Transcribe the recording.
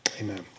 Amen